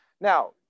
Now